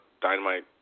Dynamite